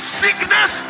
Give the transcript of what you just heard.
sickness